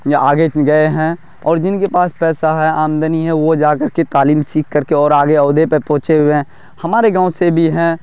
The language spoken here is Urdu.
یا آگے گئے ہیں اور جن کے پاس پیسہ ہے آمدنی ہے وہ جا کر کے تعلیم سیکھ کر کے اور آگے عہدے پہ پہنچے ہوئے ہیں ہمارے گاؤں سے بھی ہیں